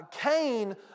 Cain